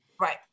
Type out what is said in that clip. Right